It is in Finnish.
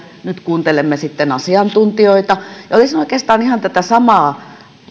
nyt kuuntelemme sitten asiantuntijoita olisin oikeastaan ihan tätä samaa